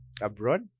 abroad